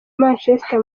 manchester